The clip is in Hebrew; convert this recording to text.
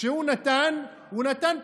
כשהוא נתן הוא נתן,